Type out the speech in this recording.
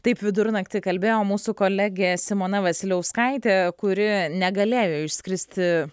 taip vidurnaktį kalbėjo mūsų kolegė simona vasiliauskaitė kuri negalėjo išskristi